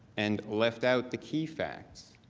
and left out the key factor.